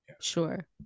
Sure